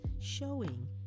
showing